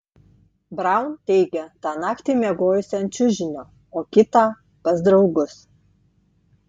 braun teigia tą naktį miegojusi ant čiužinio o kitą pas draugus